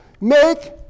make